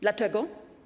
Dlaczego?